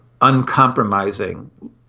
uncompromising